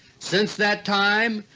since that time,